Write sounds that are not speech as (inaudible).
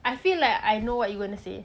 I feel like I know what you gonna say (laughs)